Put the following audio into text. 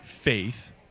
faith